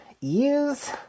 use